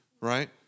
right